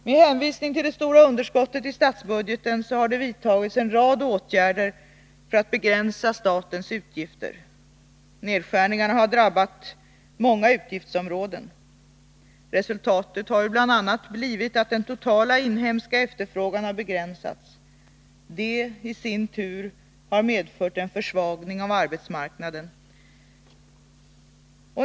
Med hänvisning till det stora underskottet i statsbudgeten har det vidtagits en rad åtgärder för att begränsa statens utgifter. Nedskärningarna har drabbat många utgiftsområden. Resultatet har bl.a. blivit att den totala inhemska efterfrågan har begränsats. Det har i sin tur medfört en försvagning av arbetsmarknaden.